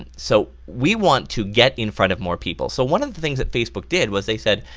and so we want to get in front of more people. so one of the things that facebook did was they said,